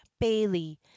bailey